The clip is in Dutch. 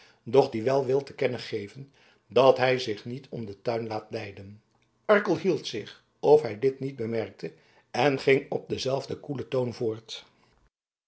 doch die wel wil te kennen geven dat hij zich niet om den tuin laat leiden arkel hield zich of hij dit niet bemerkte en ging op denzelfden koelen toon voort